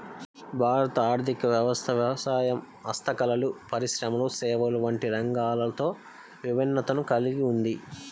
భారత ఆర్ధిక వ్యవస్థ వ్యవసాయం, హస్తకళలు, పరిశ్రమలు, సేవలు వంటి రంగాలతో విభిన్నతను కల్గి ఉంది